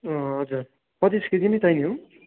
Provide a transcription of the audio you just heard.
हजुर पच्चिस केजी नै चाहियो